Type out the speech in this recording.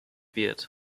wird